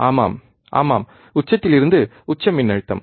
ஆமாம் ஆமாம் உச்சத்தில் இருந்து உச்ச மின்னழுத்தம்